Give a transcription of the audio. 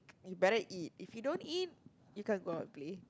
you better eat if you don't eat you can't go out and play